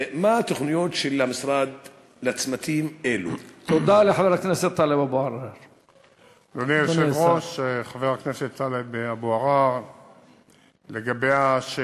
2. מה הן תוכניות המשרד לגבי צמתים אלו?